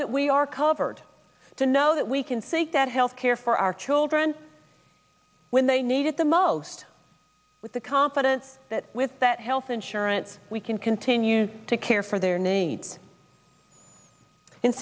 that we are covered to know that we can seek that health care for our children when they need it the most with the confidence that health insurance we can continue to care for their needs